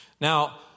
Now